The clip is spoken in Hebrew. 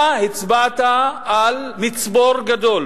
אתה הצבעת על מצבור גדול